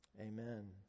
Amen